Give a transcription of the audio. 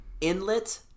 Inlet